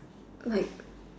like